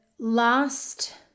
Last